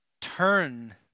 turn